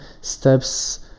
steps